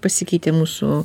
pasikeitė mūsų